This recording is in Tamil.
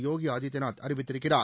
யோகி ஆதித்யநாத் அறிவித்திருக்கிறார்